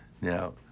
Now